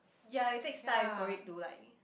ya it takes time for it to like